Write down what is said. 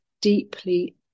deeply